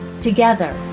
Together